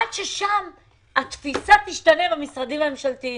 עד שהתפיסה תשתנה במשרדים הממשלתיים.